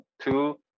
two